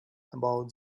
about